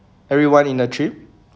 everyone in the trip